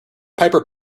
piper